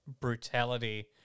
brutality